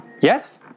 Yes